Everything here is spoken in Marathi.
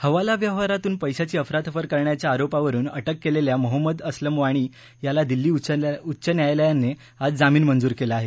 हवाला व्यवहारातून पैशाची अफरातफर करण्याच्या आरोपावरून अटक केलेल्या मोहम्मद असलम वाणी याला दिल्ली उच्च न्यायालयानं आज जामीन मंजूर केला आहे